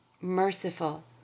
merciful